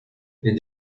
est